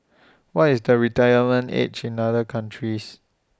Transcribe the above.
what is the retirement age in other countries